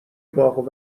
باغ